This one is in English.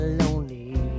lonely